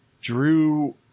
Drew